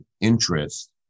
interest